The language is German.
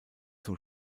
zum